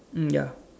mm ya